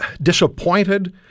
disappointed